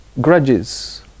grudges